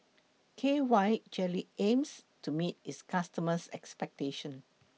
K Y Jelly aims to meet its customers' expectations